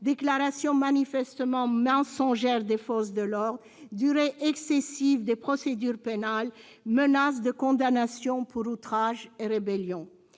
déclarations manifestement mensongères des forces de l'ordre, durée excessive des procédures pénales, menace de condamnation pour outrage et rébellion